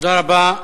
תודה רבה.